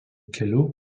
kelių